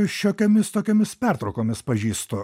šiokiomis tokiomis pertraukomis pažįstu